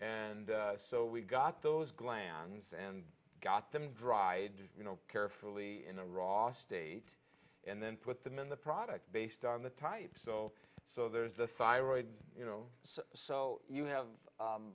and so we've got those glands and got them dried you know carefully in a raw state and then put them in the product based on the type so so there's the thyroid you know so so you have